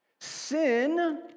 Sin